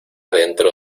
dentro